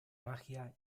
magia